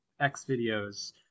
X-Videos